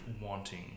wanting